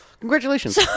Congratulations